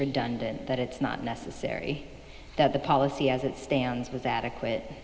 redundant that it's not necessary that the policy as it stands with adequate